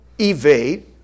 evade